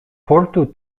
portu